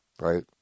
right